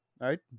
right